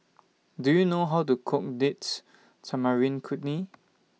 Do YOU know How to Cook Date Tamarind Chutney